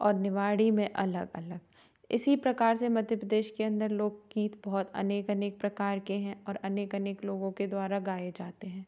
और निवाणी में अलग अलग इसी प्रकार से मध्य प्रदेश के अंदर लोकगीत बहुत अनेक अनेक प्रकार के हैं और अनेक अनेक लोगों के द्वारा गाए जाते हैं